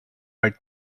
write